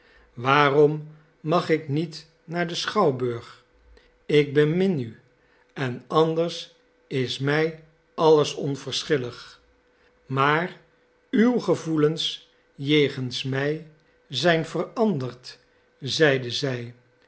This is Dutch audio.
waarom mag ik niet naar den schouwburg ik bemin u en anders is mij alles onverschillig maar uw gevoelens jegens mij zijn veranderd zeide zij